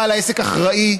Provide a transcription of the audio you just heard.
בעל העסק אחראי,